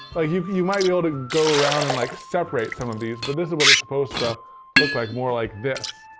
ah you you might be able to go around and like separate some of these, but this is what it's supposed to look like. more like this.